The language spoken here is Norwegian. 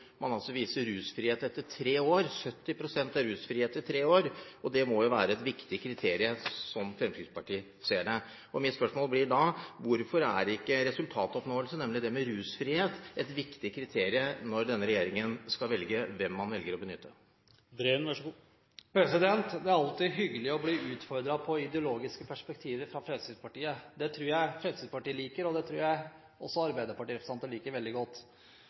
man viser rusfrihet etter tre år – 70 pst. er rusfri etter tre år. Det må, slik Fremskrittspartiet ser det, være et viktig kriterium. Mitt spørsmål blir da: Hvorfor er ikke resultatoppnåelse, nemlig rusfrihet, et viktig kriterium når denne regjeringen skal velge hvem man vil benytte. Det er alltid hyggelig å bli utfordret på ideologiske perspektiver fra Fremskrittspartiet. Det tror jeg Fremskrittspartiet liker, og det tror jeg også at arbeiderpartirepresentanter liker veldig godt.